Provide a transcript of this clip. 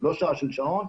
לא שעה של שעון,